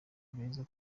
beza